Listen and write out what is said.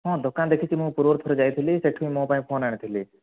ହଁ ଦୋକାନ ଦେଖିଛି ମୁଁ ପୂର୍ବରୁ ଥରେ ଯାଇଥିଲି ସେଇଠୁ ବି ମୋ ପାଇଁ ଫୋନ୍ ଆଣିଥିଲି